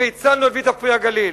והצלנו את "ויטה פרי הגליל".